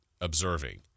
observing